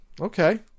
Okay